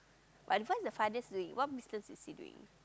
but to find the father's doing what business is he doing